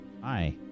Hi